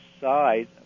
side